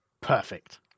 Perfect